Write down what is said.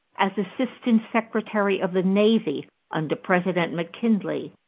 as assistant secretary of the navy under president mckinley,